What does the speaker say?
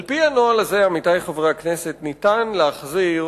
על-פי הנוהל הזה, עמיתי חברי הכנסת, ניתן להחזיר